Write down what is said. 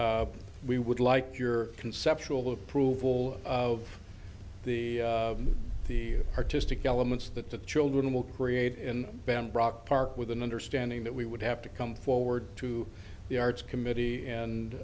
discs we would like your conceptual approval of the artistic elements that the children will create in bham rock park with an understanding that we would have to come forward to the arts committee and